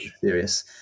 serious